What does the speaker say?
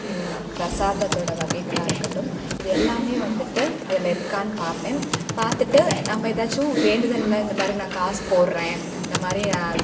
பிரசாதத்தோட வகைகளாக இருக்கட்டும் இது எல்லாமே வந்துவிட்டு அதில் இருக்கான்னு பார்ப்பேன் பார்த்துட்டு நம்ம எதாச்சும் வேண்டுதல்லை இந்த மாதிரி நான் காசு போடுறேன் இந்த மாதிரி நான்